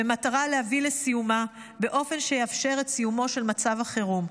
במטרה להביא לסיומה באופן שיאפשר את סיומו של מצב החירום.